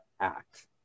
act